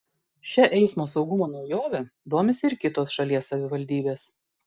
šia eismo saugumo naujove domisi ir kitos šalies savivaldybės